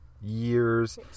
years